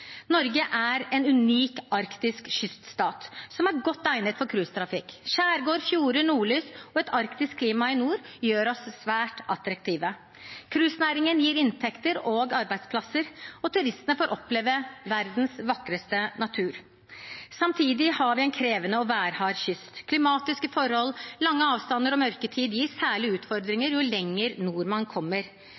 Norge er en unik arktisk kyststat som er godt egnet for cruisetrafikk. Skjærgård, fjorder, nordlys og et arktisk klima i nord gjør oss svært attraktive. Cruisenæringen gir inntekter og arbeidsplasser, og turistene får oppleve verdens vakreste natur. Samtidig har vi en krevende og værhard kyst. Klimatiske forhold, lange avstander og mørketid gir særlige utfordringer jo lenger nord man kommer.